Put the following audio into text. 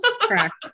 Correct